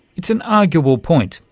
it's an arguable point.